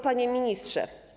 Panie Ministrze!